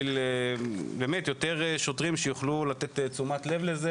יותר שוטרים שיוכלו לתת תשומת לב לזה